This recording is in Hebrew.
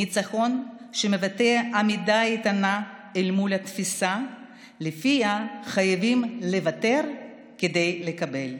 ניצחון שמבטא עמידה איתנה אל מול התפיסה שלפיה חייבים לוותר כדי לקבל.